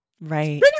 Right